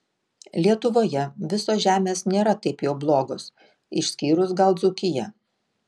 lietuvoje visos žemės nėra taip jau blogos išskyrus gal dzūkiją